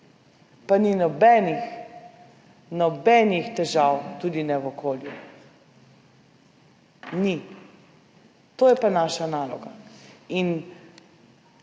pa ni nobenih težav, tudi ne v okolju. Ni jih. To je pa naša naloga.